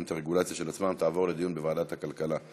את הרגולציה של עצמן תעבור לדיון בוועדת הכלכלה.